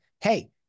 Hey